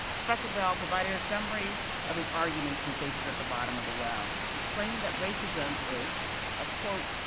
professor bell provided a summary of his arguments from faces at the bottom of the well, explaining that racism is a quote,